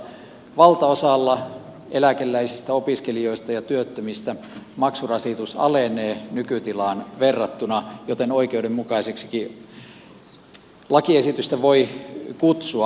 valtaosalla eläkeläisistä opiskelijoista ja työttömistä maksurasitus alenee nykytilaan verrattuna joten oikeudenmukaiseksikin lakiesitystä voi kutsua